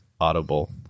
Audible